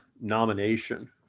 nomination